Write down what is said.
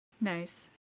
Nice